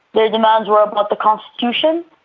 their demands were about the constitution,